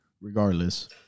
Regardless